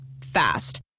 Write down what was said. Fast